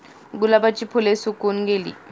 गुलाबाची फुले सुकून गेली